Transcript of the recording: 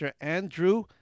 Andrew